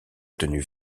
tenue